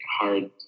hard